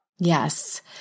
Yes